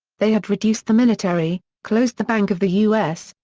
they had reduced the military, closed the bank of the u s,